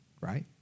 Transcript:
right